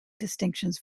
distinctions